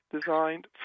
designed